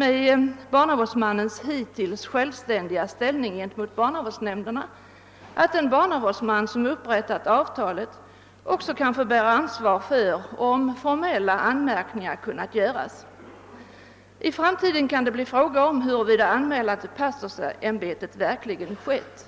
Med barnavårdsmannens hittills självständiga ställning gentemot barnavårdsnämnderna föreställer jag mig att den barnavårdsman som upprättar avtalet också måste bära ansvaret om formella anmärkningar kunnat göras. I framtiden kan fråga uppstå huruvida anmälan till pastorsämbetet verkligen gjorts.